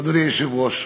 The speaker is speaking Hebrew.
אדוני היושב-ראש,